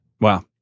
Wow